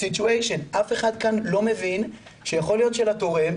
אף אחד לא מבין שיכול להיות שלתורם,